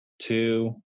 two